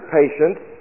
patients